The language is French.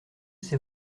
c’est